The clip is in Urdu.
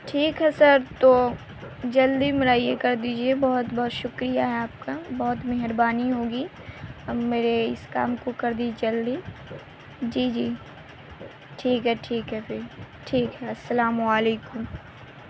ٹھیک ہے سر تو جلدی میرا یہ کر دیجیے بہت بہت شکریہ ہے آپ کا بہت مہربانی ہوگی اب میرے اس کام کو کر دیجے جلدی جی جی ٹھیک ہے ٹھیک ہے پھر ٹھیک ہے السلام علیکم